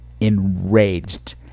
enraged